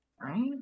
Right